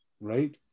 Right